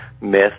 myth